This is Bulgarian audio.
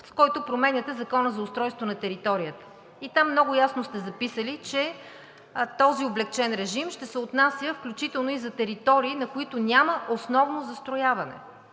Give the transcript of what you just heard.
с който променяте Закона за устройство на територията. И там много ясно сте записали, че този облекчен режим ще се отнася включително и за територии, на които няма основно застрояване.